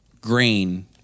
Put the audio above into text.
grain